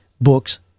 books